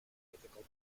mythical